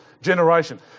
generation